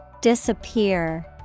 Disappear